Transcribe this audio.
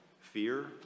Fear